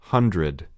Hundred